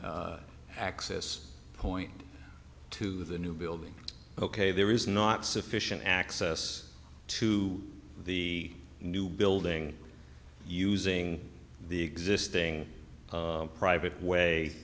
access point to the new building ok there is not sufficient access to the new building using the existing private way